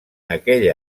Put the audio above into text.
aquella